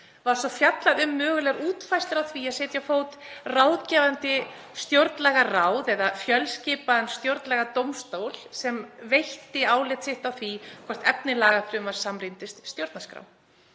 var fjallað um mögulegar útfærslur á því að setja á fót ráðgefandi stjórnlagaráð eða fjölskipaðan stjórnlagadómstól sem veitti álit sitt á því hvort efni lagafrumvarps samrýmdist stjórnarskrá.